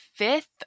Fifth